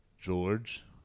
George